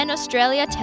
Australia